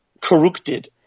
corrupted